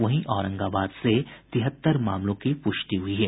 वहीं औरंगाबाद से तिहत्तर मामलों की पुष्टि हुई है